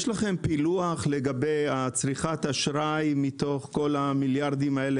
יש לכם פילוח בנושא צריכת אשראי מתוך כל המיליארדים האלה,